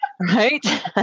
Right